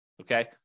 okay